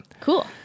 Cool